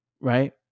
right